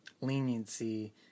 leniency